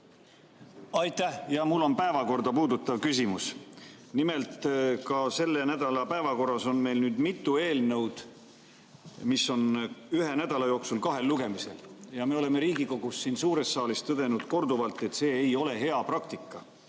Aitäh! Jaa, mul on päevakorda puudutav küsimus. Nimelt, ka selle nädala päevakorras on meil nüüd mitu eelnõu, mis on ühe nädala jooksul kahel lugemisel. Me oleme Riigikogus siin suures saalis tõdenud korduvalt, et see ei ole hea praktika.